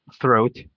throat